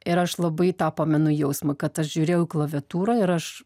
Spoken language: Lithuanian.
ir aš labai tą pamenu jausmą kad aš žiūrėjau klaviatūrą ir aš